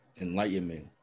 enlightenment